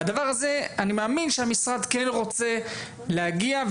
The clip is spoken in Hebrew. אני מאמין שהמשרד כן רוצה להגיע לדבר הזה,.